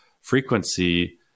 frequency